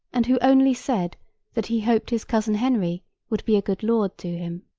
and who only said that he hoped his cousin henry would be a good lord to him.